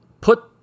Put